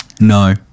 No